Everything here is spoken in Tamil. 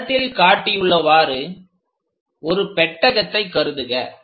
படத்தில் காட்டியுள்ளவாறு ஒரு பெட்டகத்தை கருதுக